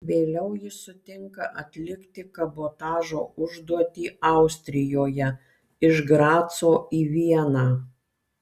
vėliau jis sutinka atlikti kabotažo užduotį austrijoje iš graco į vieną